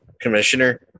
commissioner